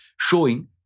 showing